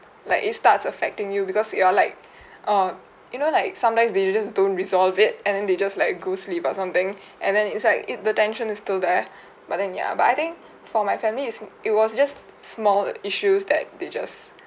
like it starts affecting you because you are like oh you know like sometimes they just don't resolve it and then they just like go sleep or something and then it's like it the tension is still there but then ya but I think for my family isn't it was just small issues that they just